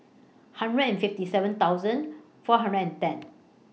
hundred and fifty seven thousand four hundred and ten